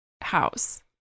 house